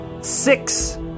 Six